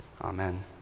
amen